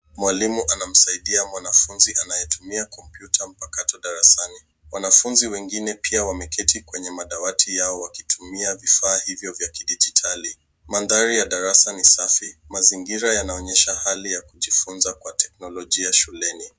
Mwalimu anasaidia mwanafunzi anaye tumia kompyuta mpakato darasani. Wanafunzi wengine pia wameketi kwenye madawati yao wakitumia vifaa hivyo vya kidijitali. Mandhari ya darasa ni safi. Mazingira yanaonyesha hali ya kujifunza kwa teknolojia shuleni.